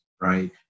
right